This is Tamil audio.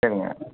சரிங்க